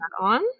on